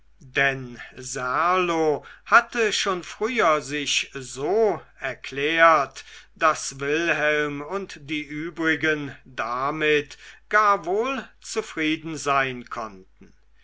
denn serlo hatte schon früher sich so erklärt daß wilhelm und die übrigen damit gar wohl zufrieden sein konnten